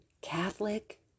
Catholic